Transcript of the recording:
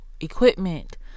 equipment